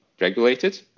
regulated